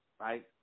Right